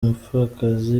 umupfakazi